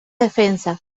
defensa